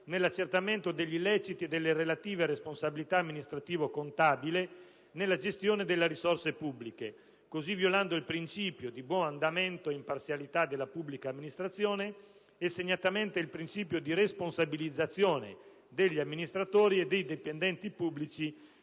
nell'accertamento degli illeciti e delle relative responsabilità amministrativo-contabili nella gestione delle risorse pubbliche, così violando il principio di buon andamento e imparzialità della pubblica amministrazione e, segnatamente, il principio di responsabilizzazione degli amministratori e dei dipendenti pubblici,